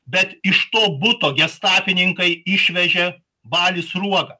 bet iš to buto gestapininkai išvežė balį sruogą